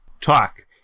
talk